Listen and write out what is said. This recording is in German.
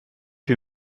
wie